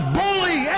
bully